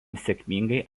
sėkmingai